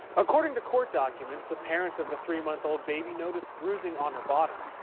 according to court documents. the parents of the three month old baby noticed bruising on her bottom.